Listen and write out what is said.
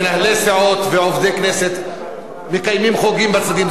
מנהלי סיעות ועובדי כנסת מקיימים חוגים בצדדים,